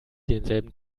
denselben